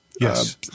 yes